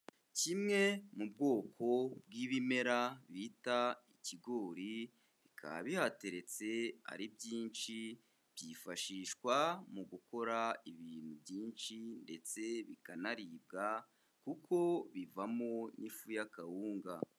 Kimwe mu bwoko bw'ibimera bita ikigori, bikaba bihateretse ari byinshi, byifashishwa mu gukora ibintu byinshi ndetse bikanaribwa kuko bivamo n'ifu y'akawunga.